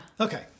Okay